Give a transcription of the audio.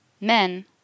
Men